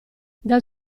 dal